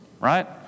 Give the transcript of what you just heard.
right